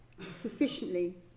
sufficiently